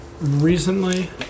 Recently